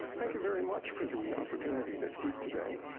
thank you very much for the opportunity to speak today.